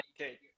Okay